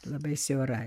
labai siaura